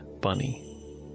bunny